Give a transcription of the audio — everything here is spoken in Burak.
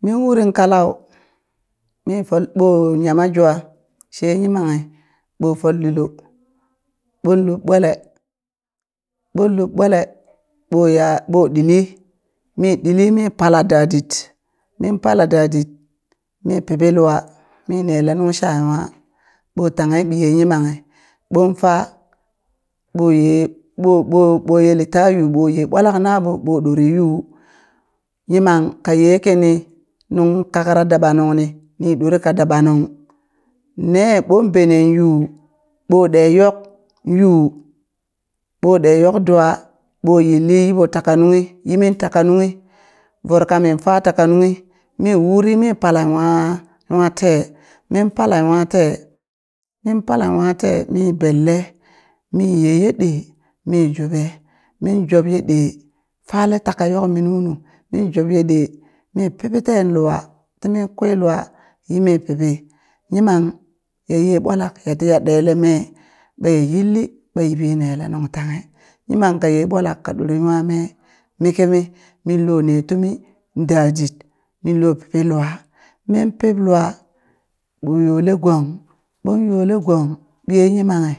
Min urin ka lau, mi fol ɓo yama jwa she yimanghi ɓo fol ɗulo ɓon lub ɓwele ɓon lub ɓwele ɓo ya ɓo ɗili min ɗili mi pala da dit mi pala da dit mi pibi lua mine le nung shawa ɓo tanghe ɓiye yimanghi ɓon faa ɓo ye ɓo ɓo ɓo ye lita yu ɓo ye ɓwalak naɓo ɓo ɗore yu, yimang ka ye kini nung kakra daba nungni ni ɗorka daba nung nee ɓon benen yu ɓo ɗe yok yuu, ɓo ɗe yok ɗwa ɓo yilli yiɓo taka nunghi yimin taka nunghi voro kamin fa taka nunghi mi uri mi pala nwa nwa tee. min pala nwa tee min pala nwa tee mi belle mi yheye ɗe mi jobe min jobye ye ɗe fale taka yok mi nunu, min jobye ɗe mi piɓi ten lua timin kwi lua yimi piɓi, yimang yaye bwalak ya tiya ɗele mee ɓaya yilli ɓa yiɓo nele nun tanghe, yimang kaye ɓwalak ka ɗore nwa mee mi kimi minlo ne tumin dadit minlo pibi lua, min pib lua ɓo yole gong, ɓon yole gong biye yimanghi